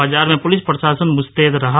बाजार में पुलिस प्रशासन मुस्तैद रहा